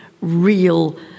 real